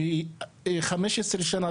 15 שנה,